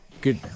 good